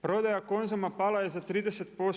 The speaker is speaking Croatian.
Prodaja Konzuma pala je za 30%